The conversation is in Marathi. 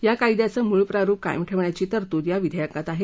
या कायद्याचं मूळ प्रारूप कायम ठेवण्याची तरतूद या विधेयकात आहे